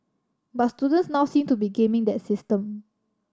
but students now seem to be gaming that system